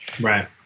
right